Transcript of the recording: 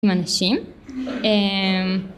מנשים